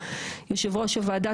יושב ראש הוועדה,